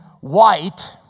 white